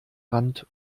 rand